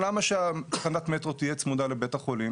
למה שתחנת המטרו תהיה צמודה לבית חולים?